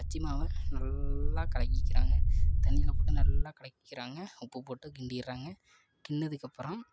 பஜ்ஜி மாவை நல்லா கலக்கிக்கிறாங்க தண்ணியெலாம் போட்டு நல்லா கலக்கிக்கிறாங்க உப்பு போட்டு கிண்டிகிறாங்க கிண்ணதுக்கப்புறம்